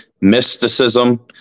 mysticism